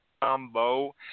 Combo